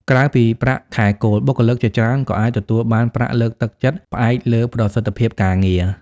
ក្រៅពីប្រាក់ខែគោល បុគ្គលិកជាច្រើនក៏អាចទទួលបានប្រាក់លើកទឹកចិត្ត ផ្អែកលើប្រសិទ្ធភាពការងារ។